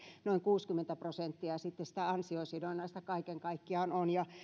kuusikymmentä prosenttia sitten sitä ansiosidonnaista kaiken kaikkiaan on